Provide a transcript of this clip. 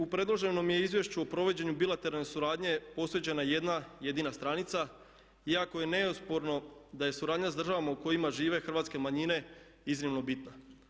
U predloženom je izvješću o provođenju bilateralne suradnje posuđena jedna jedina stranica, iako je neosporno da je suradnja sa državama u kojima žive hrvatske manjine iznimno bitna.